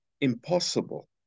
impossible